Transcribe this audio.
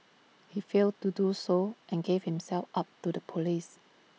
he failed to do so and gave himself up to the Police